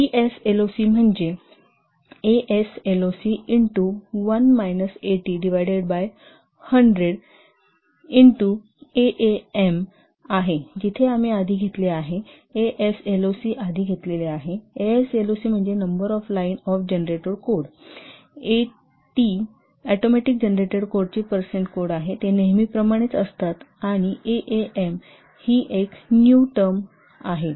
PMASLOCAT100ATPROD ESLOC म्हणजे ASLOC into 1 minus AT divided by 100 star AAM आहे जिथे आम्ही आधी घेतले आहेएएसएलओसि आधी घेतलेले आहे एएसएलओसि म्हणजे number of line of generated code AT automatic generated कोडची परसेन्ट कोड आहे ते नेहमीप्रमाणेच असतात आणि एएएम येथे ही एक न्यू टर्म आहे